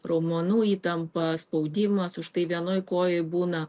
raumenų įtampa spaudimas už tai vienoj kojoj būna